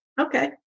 okay